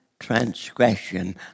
transgression